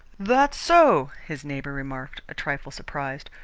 that so? his neighbour remarked, a trifle surprised.